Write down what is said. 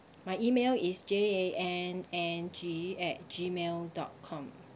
my email is j a n n g at Gmail dot com